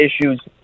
issues